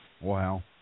Wow